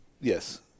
yes